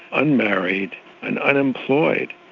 unmarried and unemployed.